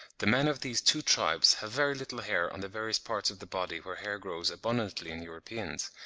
the men of these two tribes have very little hair on the various parts of the body where hair grows abundantly in europeans,